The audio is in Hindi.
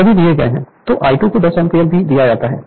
Refer Slide Time 2844 तो I2 को 10 एम्पीयर भी दिया जाता है